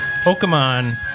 Pokemon